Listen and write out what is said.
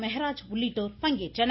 மெகராஜ் உள்ளிட்டோர் பங்கேற்றனர்